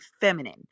feminine